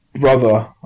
brother